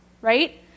right